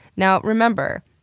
now remember,